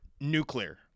nuclear